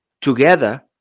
Together